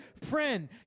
friend